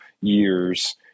years